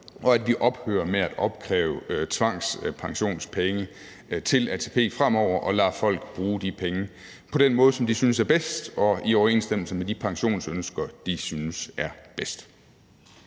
og at vi ophører med at opkræve tvangspensionspenge til ATP fremover og lader folk bruge de penge på den måde, som de synes er bedst, og som er i overensstemmelse med de pensionsønsker, de synes er bedst.